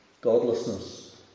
godlessness